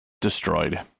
destroyed